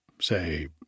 say